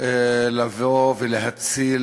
תידרש לבוא ולהציל